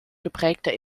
geprägter